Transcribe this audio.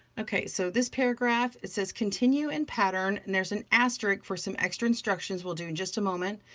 okay, so this paragraph, it says continue in pattern. and there's an asterisk for some extra instructions we'll do in just a moment.